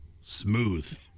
Smooth